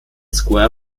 square